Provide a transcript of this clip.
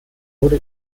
wurde